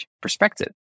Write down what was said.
perspective